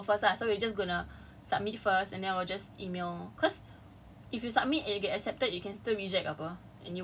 ya so it's impossible for us to get approval first ah so we just gonna submit first and then I will just email cause